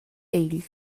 egl